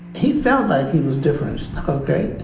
he felt like he was different, okay?